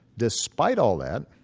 despite all that,